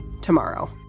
tomorrow